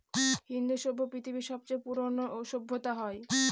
ইন্দু সভ্য পৃথিবীর সবচেয়ে পুরোনো সভ্যতা হয়